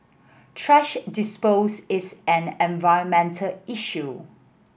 thrash dispose is an environment issue